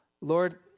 Lord